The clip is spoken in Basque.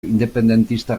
independentista